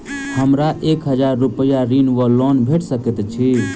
हमरा एक हजार रूपया ऋण वा लोन भेट सकैत अछि?